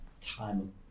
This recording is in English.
time